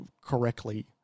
correctly